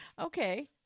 Okay